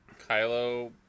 Kylo